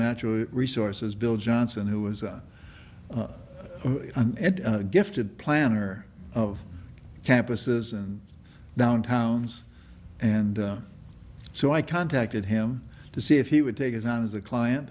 natural resources bill johnson who was a gifted planner of campuses and downtown's and so i contacted him to see if he would take as i was a client